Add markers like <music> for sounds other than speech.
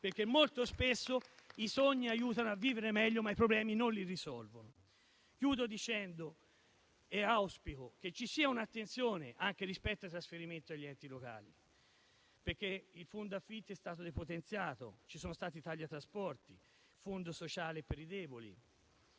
perché molto spesso i sogni aiutano a vivere meglio, ma non risolvono i problemi. <applause> In conclusione, auspico che ci sia attenzione anche rispetto ai trasferimenti agli enti locali, perché il fondo affitti è stato depotenziato; ci sono stati tagli ai trasporti, al fondo sociale per i deboli